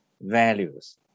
values